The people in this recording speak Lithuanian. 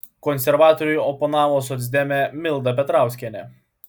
konservatoriui oponavo socdemė milda petrauskienė